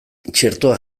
txertoa